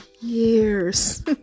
years